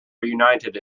reunited